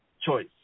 choice